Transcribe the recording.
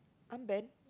armband